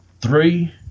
three